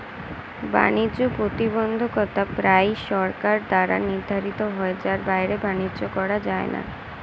বাণিজ্য প্রতিবন্ধকতা প্রায়ই সরকার দ্বারা নির্ধারিত হয় যার বাইরে বাণিজ্য করা যায় না